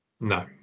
No